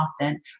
often